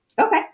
Okay